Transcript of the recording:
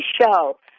show